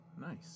Nice